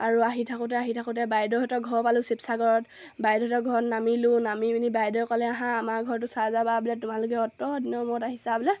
আৰু আহি থাকোঁতে আহি থাকোঁতে বাইদেউহঁতৰ ঘৰ পালোঁ শিৱসাগৰত বাইদেউহঁতৰ ঘৰত নামিলোঁ নামি পিনি বাইদেৱে ক'লে আহা আমাৰ ঘৰটো চাই যাবা বোলে তোমালোকে অতদিনৰ মূৰত আহিছা বোলে